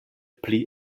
pli